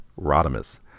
Rodimus